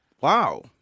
Wow